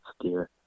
steer